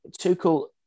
Tuchel